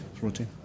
routine